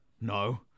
No